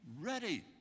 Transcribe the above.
ready